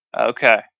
Okay